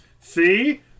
See